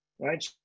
right